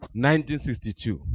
1962